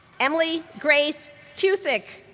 emily grace cusick,